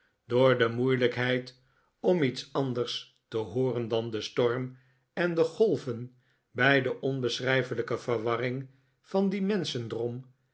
door de moeilijkheid om iets anders te hooren dan den storm en de golven bij de onbeschrijfelijke verwarring van dien